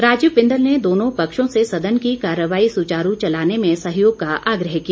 राजीव बिंदल ने दोनों पक्षों से सदन की कार्रवाई सुचारू चलाने में सहयोग का आग्रह किया